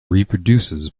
reproduces